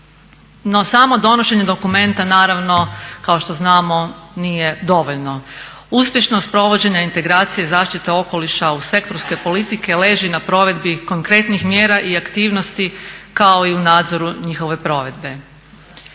No samo donošenje dokumenta naravno kao što znamo nije dovoljno. Uspješnost provođenja integracije, zaštite okoliša u sektorske politike leži na provedbi konkretnih mjera i aktivnosti kao i u nadzoru njihove provedbe.